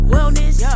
Wellness